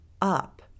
up